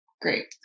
Great